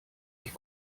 ich